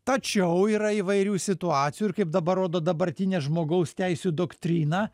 tačiau yra įvairių situacijų ir kaip dabar rodo dabartinė žmogaus teisių doktrina